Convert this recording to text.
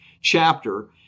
chapter